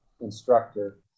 instructor